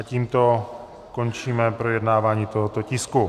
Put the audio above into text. Tímto končíme projednávání tohoto tisku.